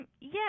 Yes